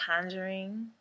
Conjuring